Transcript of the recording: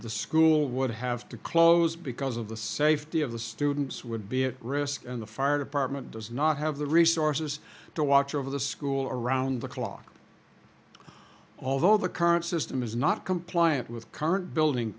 the school would have to close because of the safety of the students would be at risk and the fire department does not have the resources to watch over the school around the clock although the current system is not compliant with current building